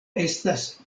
estas